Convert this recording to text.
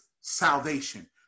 salvation